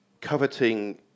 coveting